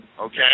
Okay